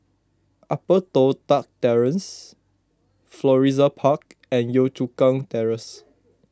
Upper Toh Tuck Terrace Florissa Park and Yio Chu Kang Terrace